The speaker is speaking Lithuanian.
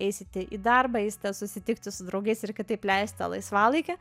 eisite į darbą eisite susitikti su draugais ir kitaip leisite laisvalaikį